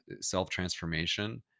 self-transformation